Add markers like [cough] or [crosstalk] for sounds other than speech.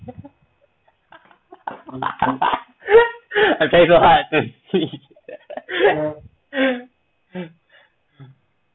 [laughs] I try so hard [laughs]